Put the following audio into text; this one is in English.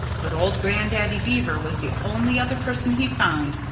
but old grandaddy beaver was the only other person he found.